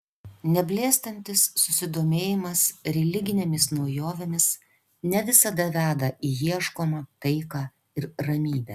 neblėstantis susidomėjimas religinėmis naujovėmis ne visada veda į ieškomą taiką ir ramybę